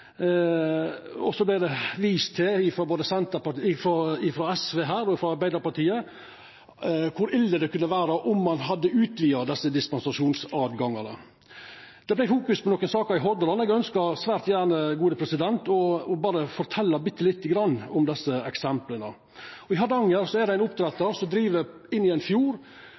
havbruksnæringa. Så vart det vist til her, både frå SV og frå Arbeidarpartiet, kor ille det kunna verta om ein hadde utvida høvet til å gje dispensasjon. Det vart fokusert på nokre saker i Hordaland. Eg ønskjer svært gjerne å fortelja bitte litt om desse eksempla. I Hardanger er det ein oppdrettar som driv inne i ein fjord.